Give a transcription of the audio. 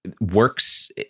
works